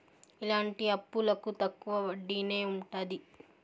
ఇలాంటి అప్పులకు తక్కువ వడ్డీనే ఉంటది